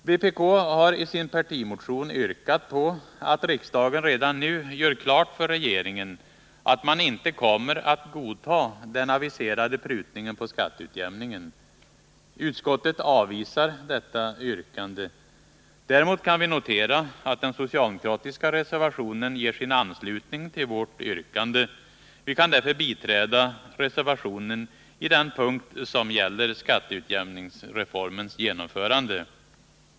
Vpk har i sin partimotion yrkat på att riksdagen redan nu skall göra klart för regeringen att man inte kommer att godta den aviserade prutningen på skatteutjämningen. Utskottet avvisar detta yrkande. Däremot kan vi notera att socialdemokraterna i sin reservation nr 6 gett sin anslutning till vårt yrkande. Vi kan därför biträda reservationen i den punkt som gäller skatteutjämningsreformens genomförande.